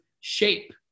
shape